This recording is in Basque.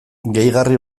gehigarri